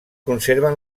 conserven